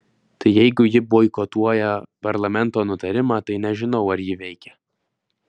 tai jeigu ji boikotuoja parlamento nutarimą tai nežinau ar ji veikia